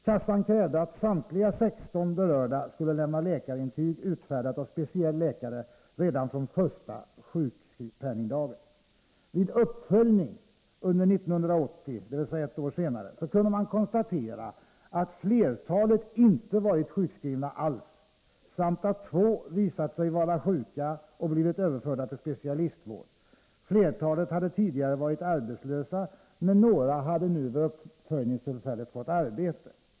Kassan krävde att samtliga 16 berörda skulle lämna läkarintyg, utfärdat av speciell läkare, redan från första sjukpenningdagen. Vid uppföljning ett år senare kunde man konstatera, att flertalet inte varit sjukskrivna alls samt att två visat sig vara sjuka och blivit överförda till specialistvård. Flertalet hade tidigare varit arbetslösa, men några hade vid uppföljningstillfället fått arbete.